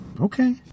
Okay